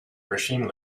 machine